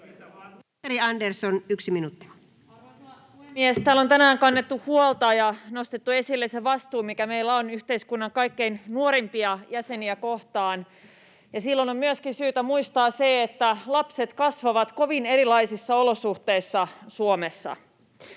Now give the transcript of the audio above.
Täällä on tänään kannettu huolta ja nostettu esille se vastuu, mikä meillä on yhteiskunnan kaikkein nuorimmista jäsenistä, ja silloin on myöskin syytä muistaa se, että lapset kasvavat kovin erilaisissa olosuhteissa Suomessa.